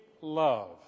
love